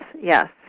yes